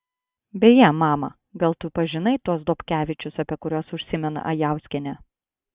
beje mama gal tu pažinai tuos dobkevičius apie kuriuos užsimena ajauskienė